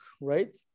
right